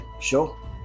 sure